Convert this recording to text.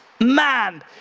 Man